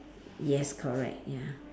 yes correct ya